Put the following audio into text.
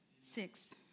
six